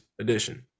Edition